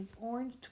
orange